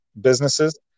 businesses